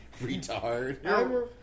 Retard